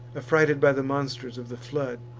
affrighted by the monsters of the flood.